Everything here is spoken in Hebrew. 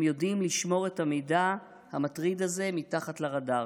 הם יודעים לשמור את המידע המטריד הזה מתחת לרדאר.